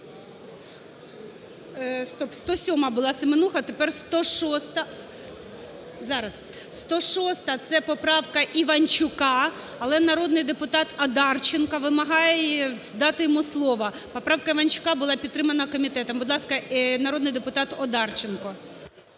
107-а була, Семенуха. Тепер 106-а… Зараз… 106-а – це поправка Іванчука. Але народний депутат Одарченка вимагає дати йому слово. Поправка Іванчука була підтримана комітетом. Будь ласка, народний депутат Одарченко.